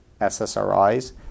SSRIs